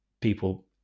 people